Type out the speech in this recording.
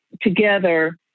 together